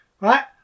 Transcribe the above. Right